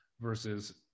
versus